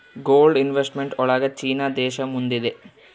gold investment ಒಳಗ China ದೇಶ ಮುಂದಿದೆ